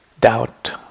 doubt